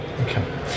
okay